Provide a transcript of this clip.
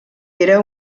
era